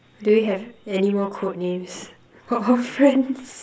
do we have any more code names for our friends